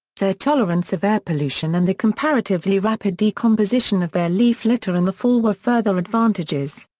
their tolerance of air-pollution and the comparatively rapid decomposition of their leaf-litter in the fall were further advantages.